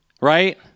right